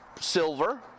silver